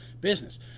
business